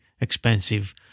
expensive